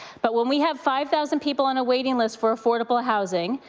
but when we have five thousand people on a waiting list for affordable housing,